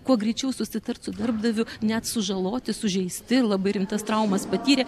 kuo greičiau susitart su darbdaviu net sužaloti sužeisti labai rimtas traumas patyrę